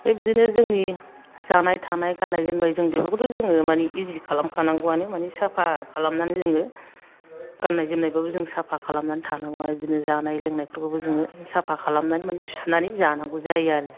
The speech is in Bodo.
बे बिदिनो जोंनि जानाय थानाय गाननाय जोमनाय जों बेफोखौथ' जोङो माने इजि खालामखानांगौ आनो माने साफा खालामनानै जोङो गाननाय जोमनायबाबो जों साफा खालामनानै थानांगौ आरो बिदिनो जानाय लोंनायफोरखौबो जोङो साफा खालामनानै माने सुनानै जानांगौ जायो आरो